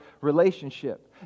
relationship